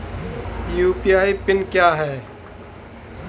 UPI pin क्या है?